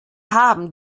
haben